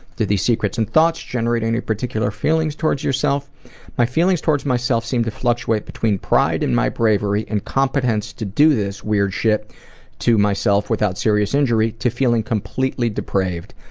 do these secrets and thoughts generate any particular feelings towards yourself my feelings towards myself seem to fluctuate between pride and my bravery and competence to do this weird shit to myself without serious injury, to feeling completely depraved.